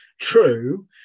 true